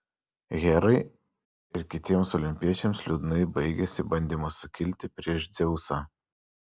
herai ir kitiems olimpiečiams liūdnai baigėsi bandymas sukilti prieš dzeusą